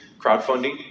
crowdfunding